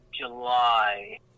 July